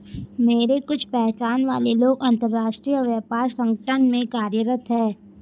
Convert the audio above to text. मेरे कुछ पहचान वाले लोग अंतर्राष्ट्रीय व्यापार संगठन में कार्यरत है